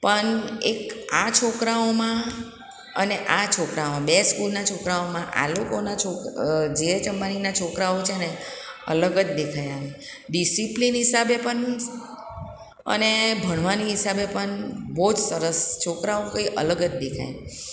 પમ એક આ છોકરાઓમાં અને આ છોકરાઓમાં બે સ્કૂલના છોકરાઓમાં આ લોકોના જેએચ અંબાનીના છોકરાઓ છે ને અલગ જ દેખાઈ આવે ડિસિપ્લિન હિસાબે પણ અને ભણવાની હિસાબે પણ બહુ જ સરસ છોકરાઓ કંઈક અલગ જ દેખાય